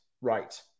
right